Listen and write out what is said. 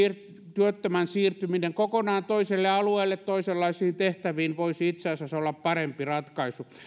työttömän siirtyminen kokonaan toiselle alueelle toisenlaisiin tehtäviin voisi itse asiassa olla parempi ratkaisu